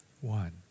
one